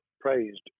praised